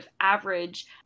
average